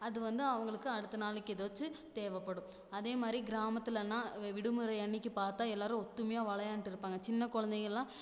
அது வந்து அவங்களுக்கு அடுத்த நாளுக்கு எதாச்சு தேவைப்படும் அதேமாதிரி கிராமத்துலேன்னா விடுமுறை அன்னைக்கு பார்த்தா எல்லோரும் ஒற்றுமையா விளையாண்ட்டு இருப்பாங்க சின்ன குழந்தைங்க எல்லாம்